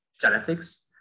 genetics